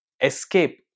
escape